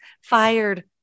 fired